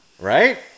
Right